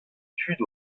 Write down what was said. tud